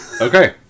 Okay